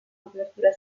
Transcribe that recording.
copertura